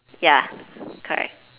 ya correct